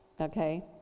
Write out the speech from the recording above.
Okay